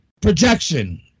projection